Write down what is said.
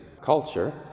culture